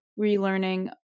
relearning